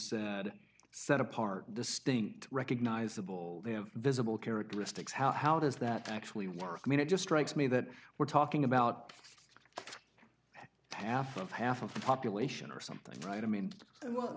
say set apart distinct recognizable visible characteristics how does that actually work i mean it just strikes me that we're talking about half of half a population or something right i mean well